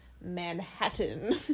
Manhattan